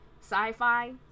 sci-fi